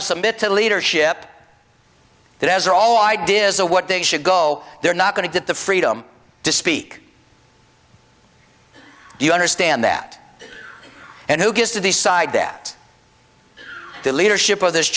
to submit to leadership that has or all ideas of what they should go they're not going to get the freedom to speak do you understand that and who gets to decide that the leadership of this